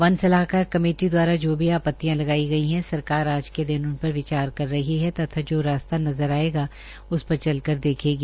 one सलाहकार committee द्वारा जो भी आपितयां लगाई गई है सरकार आज के दिन उनक पर विचार कर रही है तथा जो रास्ता नज़र आयेगा उस पर चलकर देखेगी